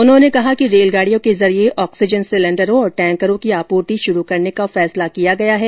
उन्होंने कहा कि रेलगाडियों के जरिये ऑक्सीजन सिलेडरों और टैंकरों की आपूर्ति शुरू करने का फैसला लिया गया है